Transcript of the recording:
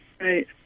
Right